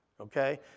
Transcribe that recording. okay